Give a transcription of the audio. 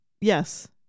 Yes